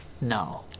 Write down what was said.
No